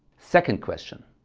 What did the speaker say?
second question,